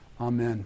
Amen